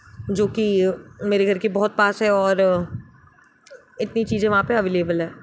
जो कि मेरे घर के बहुत पास है और इतनी चीजें वहाँ पे अवैलेबल है